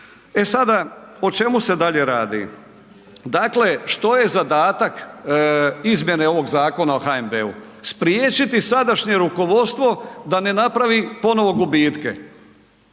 E sada o čemu se dalje radi? Dakle što je zadatak izmjene ovog Zakona o HNB-u? Spriječiti sadašnje rukovodstvo da ne napravi ponovo gubitke.